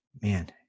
man